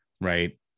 right